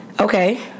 Okay